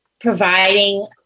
providing